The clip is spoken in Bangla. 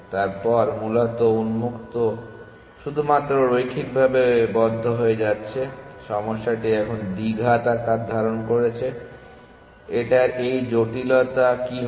তারপর মূলত উন্মুক্ত শুধুমাত্র রৈখিকভাবে বন্ধ হয়ে যাচ্ছে সমস্যাটি এখানে দ্বিঘাত আকার ধারণ করছে এটার এই জটিলতা কি হবে